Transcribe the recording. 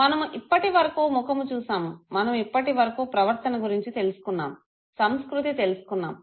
మనము ఇప్పటి వరకు ముఖము చూసాము మనము ఇప్పటి వరకు ప్రవర్తన గురించి తెలుసుకున్నాము సంస్కృతి తెలుసుకున్నాము